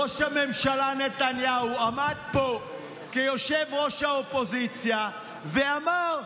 ראש הממשלה נתניהו עמד פה כראש האופוזיציה ואמר: